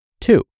Two